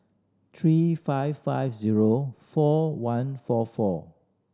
three five five zero four one four four